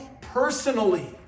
personally